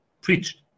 preached